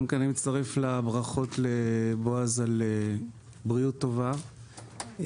גם אני מצטרף לברכות לבועז לבריאות טובה.